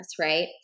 right